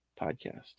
Podcast